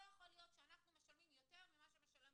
לא יכול להיות שאנחנו משלמים יותר ממה שמשלם